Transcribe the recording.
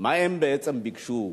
מה הם בעצם ביקשו?